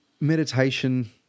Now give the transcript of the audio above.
meditation